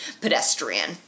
pedestrian